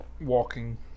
walking